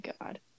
God